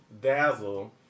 Dazzle